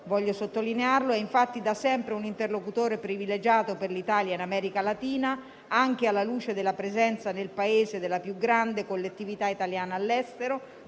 voglio sottolinearlo - è infatti da sempre un interlocutore privilegiato per l'Italia in America Latina, anche alla luce della presenza nel Paese della più grande collettività italiana all'estero,